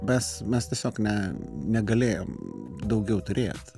mes mes tiesiog ne negalėjom daugiau turėt